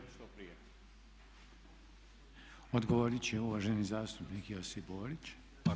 Odgovorit će uvaženi zastupnik Josip Borić.